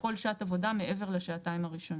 לכל שעת עבודה מעבר לשעתיים הראשונות.